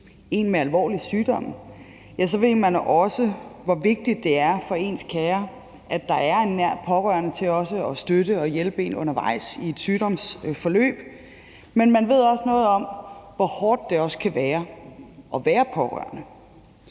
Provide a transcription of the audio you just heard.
en med alvorlig sygdom, ved man også, hvor vigtigt det er for ens kære, at der er en nær pårørende til at støtte og hjælpe en undervejs i sygdomsforløbet. Men man ved også noget om, hvor hårdt det kan være at være pårørende.